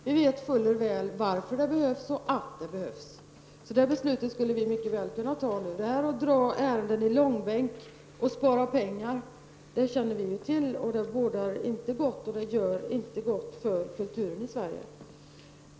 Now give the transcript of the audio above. Vi vet fuller väl varför detta porto behövs och att det behövs. Beslutet härom skulle vi alltså mycket väl kunna fatta nu. Benägenheten att dra ärenden i långbänk för att spara pengar känner vi till, och den bådar inte gott för kulturen i Sverige.